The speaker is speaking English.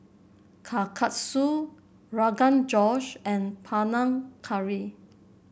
Kalguksu Rogan Josh and Panang Curry